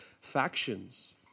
factions